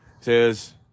says